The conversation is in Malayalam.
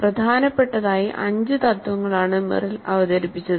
പ്രധാനപ്പെട്ടതായി അഞ്ച് തത്വങ്ങളാണ് മെറിൽ അവതരിപ്പിച്ചത്